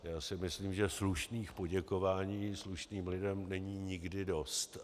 Já si myslím, že slušných poděkování slušným lidem není nikdy dost.